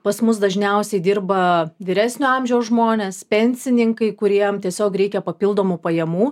pas mus dažniausiai dirba vyresnio amžiaus žmonės pensininkai kuriem tiesiog reikia papildomų pajamų